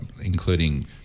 including